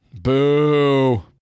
Boo